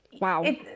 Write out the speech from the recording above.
wow